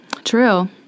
True